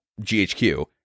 ghq